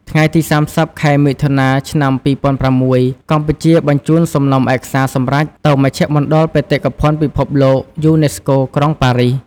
ថ្ងៃទី៣០ ខែមិថុនា ឆ្នាំ២០០៦ កម្ពុជាបញ្ជូនសំណុំឯកសារសម្រេចទៅមជ្ឈមណ្ឌលបេតិកភណ្ឌពិភពលោកយូនីស្កូ ក្រុងប៉ារីស។